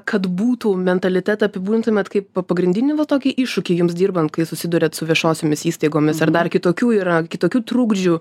kad būtų mentalitetą apibūdintumėt kaip pagrindinį nu tokį iššūkį jums dirbant kai susiduriat su viešosiomis įstaigomis ar dar kitokių yra kitokių trukdžių